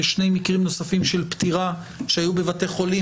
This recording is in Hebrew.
בשני מקרים נוספים של פטירה שהיו בבתי חולים